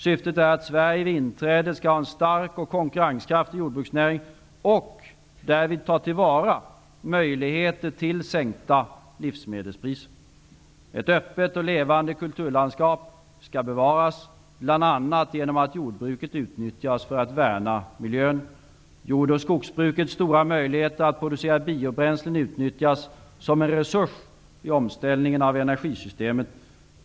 Syftet är att Sverige vid inträdet i EG skall ha en stark och konkurrenskraftig jordbruksnäring och därvid ta till vara möjligheter till sänkta livsmedelspriser. Ett öppet och levande kulturlandskap skall bevaras bl.a. genom att jordbruket utnyttjas för att värna miljön. Jord och skogsbrukets stora möjligheter att producera biobränslen utnyttjas som en resurs i omställningen av energisystemet.